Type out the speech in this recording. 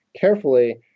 Carefully